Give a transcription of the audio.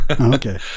Okay